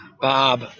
Bob